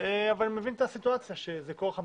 אבל אני מבין את הסיטואציה שזה כורח המציאות.